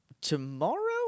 tomorrow